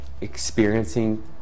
experiencing